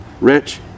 rich